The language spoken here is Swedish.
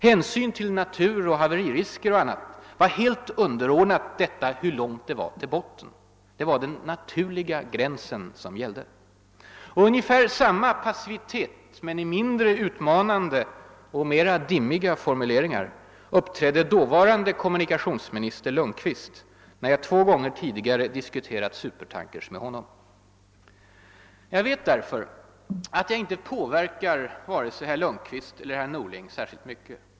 Hänsyn till natur och haveririsker och annat var underordnat detta hur långt det var till bottnen. Det var >den naturliga gränsen> som gällde. Och med ungefär samma passivitet, men i mindre utmanande och mera dimmiga formuleringar, uppträdde dåvarande kommunikationsministern Lundkvist, när jag två gånger tidigare diskuterat supertankers med honom. Jag vet därför att jag inte påverkar vare sig herr Lundkvist eller herr Norling särskilt mycket.